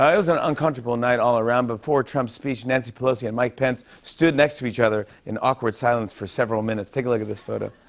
it was an uncomfortable night all around. before trump's speech, nancy pelosi and mike pence stood next to each other in awkward silence for several minutes. take a look at this photo.